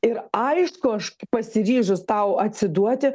ir aišku aš pasiryžus tau atsiduoti